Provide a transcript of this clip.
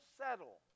settle